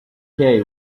hay